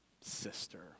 sister